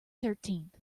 thirteenth